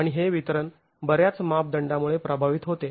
आणि हे वितरण बऱ्याच मापदंडामुळे प्रभावित होते